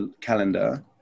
calendar